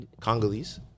Congolese